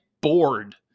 bored